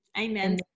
Amen